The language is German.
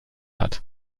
hat